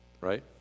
right